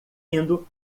indo